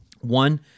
One